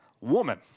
woman